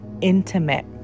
intimate